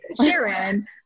Sharon